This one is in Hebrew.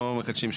אנחנו לא מקדשים,